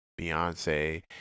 beyonce